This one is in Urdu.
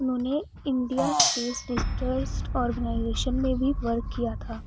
انہوں نے انڈیا اسپیس آرگنائزیشن میں بھی ورک کیا تھا